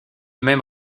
même